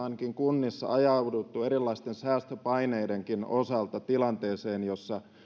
kunnista ajauduttu erilaisten säästöpaineidenkin osalta tilanteeseen jossa